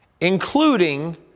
including